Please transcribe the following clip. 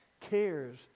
cares